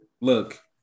Look